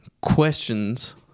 questions